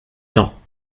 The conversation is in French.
temps